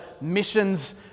missions